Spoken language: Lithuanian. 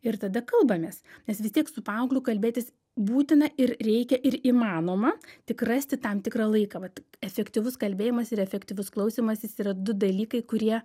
ir tada kalbamės nes vis tiek su paaugliu kalbėtis būtina ir reikia ir įmanoma tik rasti tam tikrą laiką vat efektyvus kalbėjimas ir efektyvus klausymas jis yra du dalykai kurie